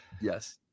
Yes